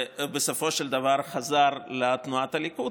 בסופו של דבר הוא חזר לתנועת הליכוד,